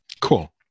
Cool